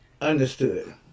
Understood